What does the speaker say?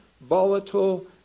volatile